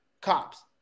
cops